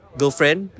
girlfriend